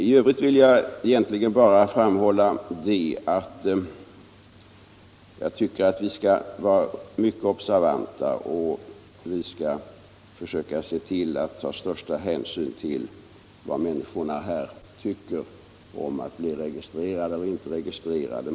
I övrigt vill jag egentligen bara framhålla att jag tycker att vi skall vara mycket observanta och försöka ta största hänsyn till vad människorna anser om att bli registrerade och inte registrerade.